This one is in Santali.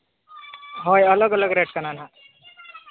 ᱦᱳᱭ ᱟᱞᱟᱜᱽ ᱟᱞᱟᱜᱽ ᱨᱮᱴ ᱠᱟᱱᱟ ᱦᱟᱸᱜ